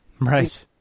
Right